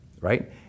right